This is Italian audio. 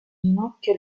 ginocchio